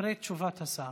אחרי תשובת השר.